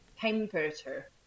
temperature